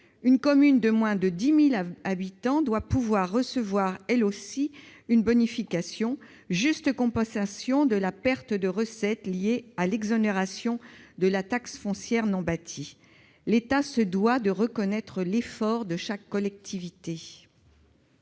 Une commune de moins de 10 000 habitants doit pouvoir recevoir, elle aussi, une bonification, juste compensation des pertes de recettes liées à l'exonération de la taxe foncière sur les propriétés non bâties. L'État se doit de reconnaître l'effort de chaque collectivité.